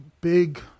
big